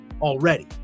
already